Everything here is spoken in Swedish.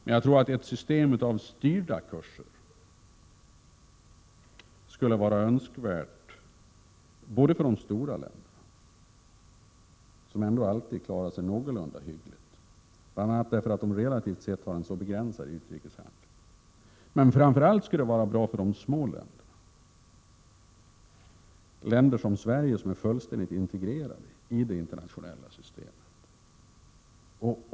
Men jag tror att ett system av styrda kurser skulle vara — 18 maj 1988 önskvärt både för de stora länderna, som ändå alltid klarar sig någorlunda hyggligt bl.a. därför att de relativt sett har en så begränsad utrikeshandel, och framför allt för de små länderna, länder som Sverige som är fullständigt integrerade i det internationella systemet.